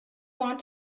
want